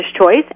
choice